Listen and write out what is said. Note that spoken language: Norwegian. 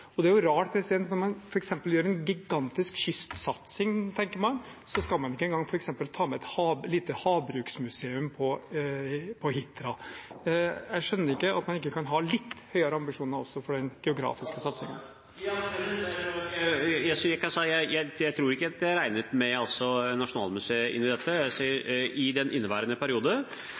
Det er rart at når man f.eks. har en gigantisk kystsatsing, skal man ikke engang ta med et lite havbruksmuseum på Hitra. Jeg skjønner ikke at man ikke kan ha litt høyere ambisjoner. Jeg tror ikke at jeg regnet med Nasjonalmuseet inn i dette. I inneværende periode har regjeringen gitt tilsagn på 933 mill. kr i investeringsprosjekter i museumssektoren over hele landet. Det siste jeg